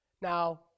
now